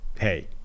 hey